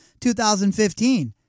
2015